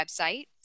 website